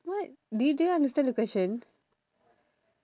what do you do you understand the question